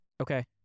Okay